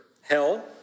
hell